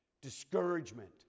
discouragement